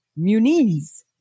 Muniz